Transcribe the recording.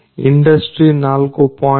industry four